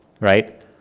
right